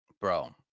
bro